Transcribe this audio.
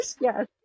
Yes